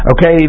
Okay